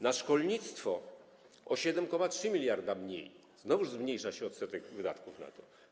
Na szkolnictwo - o 7,3 mld mniej, znowu zmniejsza się odsetek wydatków na to.